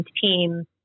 team